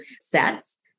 sets